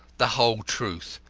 the whole truth,